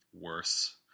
worse